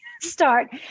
start